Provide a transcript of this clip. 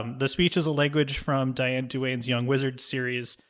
um the speech is a language from diane duane's young wizards series.